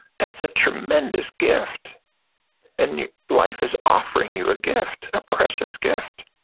that's a tremendous gift and life is offering you a gift, a precious gift.